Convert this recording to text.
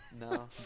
No